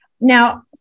now